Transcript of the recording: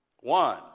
One